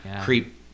Creep